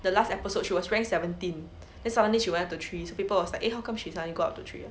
the last episode she was ranked seventeen then suddenly she went up to three so people was like eh how come she suddenly go up to three